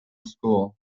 school